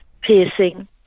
piercing